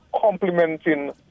complementing